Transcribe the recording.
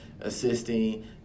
assisting